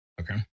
Okay